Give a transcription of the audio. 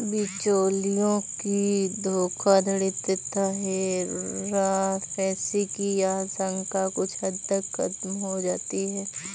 बिचौलियों की धोखाधड़ी तथा हेराफेरी की आशंका कुछ हद तक खत्म हो जाती है